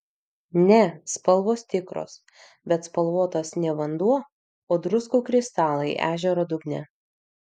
ne spalvos tikros bet spalvotas ne vanduo o druskų kristalai ežero dugne